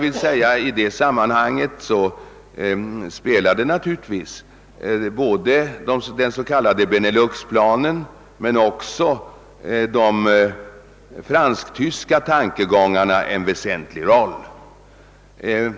I detta sammanhang spelade naturligtvis både den s.k. Beneluxplanen och de fransk-tyska tankegångarna en väsentlig roll.